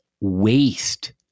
waste